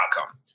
outcome